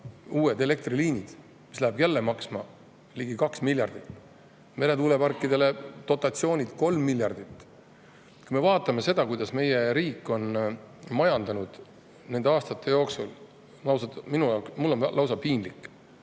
uued elektriliinid, mis läheb jälle maksma ligi 2 miljardit. Meretuuleparkide dotatsioonid – 3 miljardit. Kui me vaatame seda, kuidas meie riik on majandanud aastate jooksul, siis, ausalt, mul on lausa piinlik.